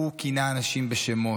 הוא כינה אנשים בשמות,